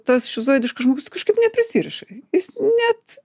tas šizoidiškas žmogus kažkaip neprisiriša jis net